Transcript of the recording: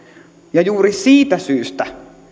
ja juuri siitä syystä